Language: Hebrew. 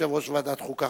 יושב-ראש ועדת החוקה,